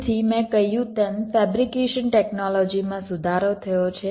તેથી મેં કહ્યું તેમ ફેબ્રિકેશન ટેકનોલોજીમાં સુધારો થયો છે